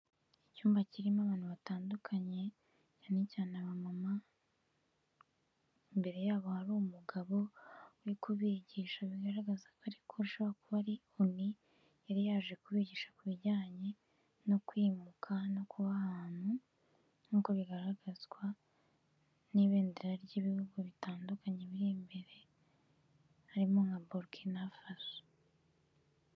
Icyumba kirimo abantu batandukanye cyane cyane aba mama imbere yabo hari umugabo uri kubigisha bigaragaza ko ariko ashobora kuba ari UN yari yaje kubigisha ku bijyanye no kwimuka no kuba ahantu, nk'uko bigaragazwa n'ibendera ry'ibihugu bitandukanye biri imbere harimo nka Burkina Faso.